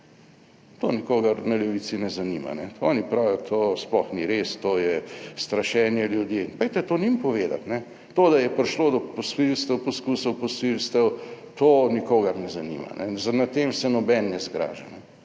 to nikogar v levici ne zanima. Oni pravijo, to sploh ni res, to je strašenje ljudi. Pojdite to njim povedati! To, da je prišlo do posilstev, poskusov posilstev, to nikogar ne zanima, nad tem se noben ne zgraža.